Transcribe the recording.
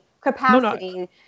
Capacity